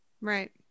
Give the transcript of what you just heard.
Right